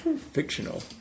Fictional